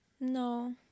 No